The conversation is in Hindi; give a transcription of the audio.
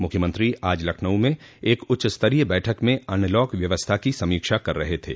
मुख्यमंत्री आज लखनऊ में एक उच्चस्तरीय बैठक में अनलॉक व्यवस्था की समीक्षा कर रहे थे